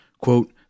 Quote